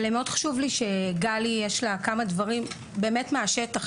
חשוב לי שתאפשרו לגלי להציג כמה דברים מן השטח,